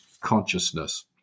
consciousness